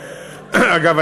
אגב,